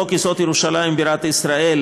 בחוק-יסוד: ירושלים בירת ישראל,